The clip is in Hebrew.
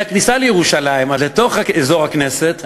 מהכניסה לירושלים עד לאזור הכנסת,